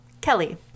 Kelly